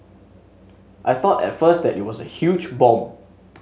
I thought at first that it was a huge bomb